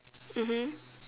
mmhmm